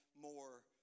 more